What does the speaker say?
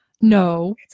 No